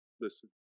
listen